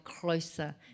closer